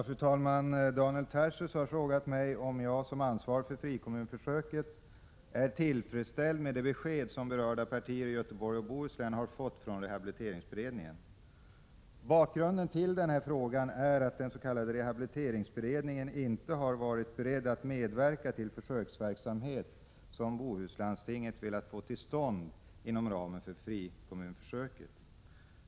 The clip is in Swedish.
Fru talman! Daniel Tarschys har frågat mig om jag som ansvarig för frikommunförsöket är tillfredsställd med det besked som berörda parter i Göteborg och Bohuslän har fått från rehabiliteringsberedningen. Bakgrunden till frågan är att den s.k. rehabiliteringsberedningen inte har varit beredd att medverka till försöksverksamhet som Bohuslandstinget velat få till stånd inom ramen för frikommunförsöket.